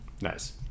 Nice